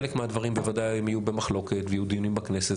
חלק מהדברים בוודאי יהיו במחלוקת ויהיו דיונים בכנסת,